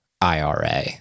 IRA